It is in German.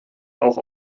auch